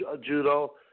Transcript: judo